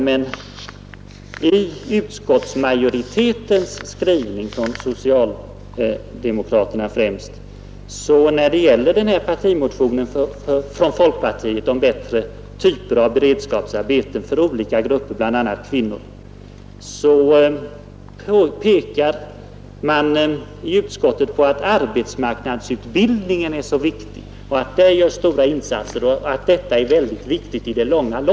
I utskottsmajoritetens skrivning, främst från socialdemokraternas sida, påpekas — när det gäller partimotionen från folkpartiet om bättre typer av beredskapsarbeten för olika grupper, bl.a. kvinnor — att arbetsmarknadsutbildningen är så viktig ”i det långa loppet” och att stora insatser görs på den punkten.